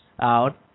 out